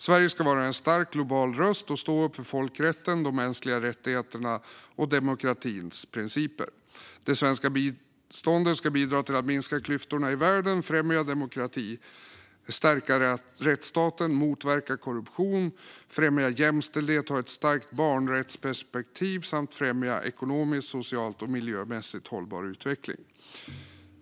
Sverige ska vara en stark global röst och stå upp för folkrätten, de mänskliga rättigheterna och demokratins principer. Det svenska biståndet ska bidra till att minska klyftorna i världen, främja demokrati, stärka rättsstaten, motverka korruption, främja jämställdhet, ha ett starkt barnrättsperspektiv samt främja ekonomiskt, socialt och miljömässigt hållbar utveckling.